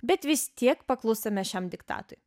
bet vis tiek paklūstame šiam diktatui